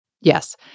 Yes